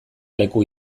leku